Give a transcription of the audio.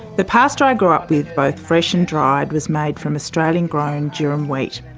the pasta i grew up with, both fresh and dried, was made from australian grown durum wheat.